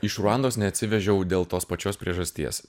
iš ruandos neatsivežiau dėl tos pačios priežasties